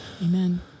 Amen